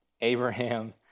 Abraham